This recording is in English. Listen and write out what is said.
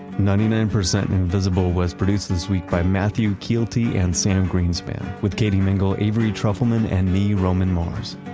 ninety nine percent invisible was produced this week by matthew kielty and sam greenspan with katie mingle, avery trufelman, and lee roman mars.